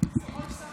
אדוני השר,